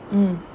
mm